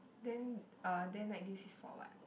then uh then like this is for what